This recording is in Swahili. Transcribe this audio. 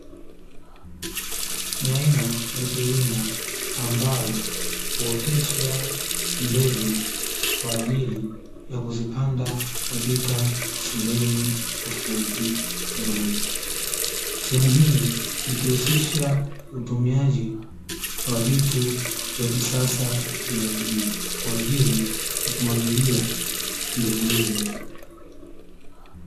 Ni aina ya kilimo ambayo huotesha mbegu kwa ajili ya kuzipanda, katika sehemu tofauti tofauti hii ikihusisha utumiaji wa vitu vya kisasa zaidi, kwa ajili ya kumwagilia mbegu hizo.